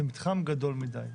זה מטרד גדול מידי.